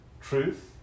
truth